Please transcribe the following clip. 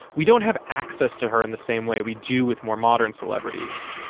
we don't have access to her in the same way we do with more modern celebrities.